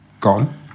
Gone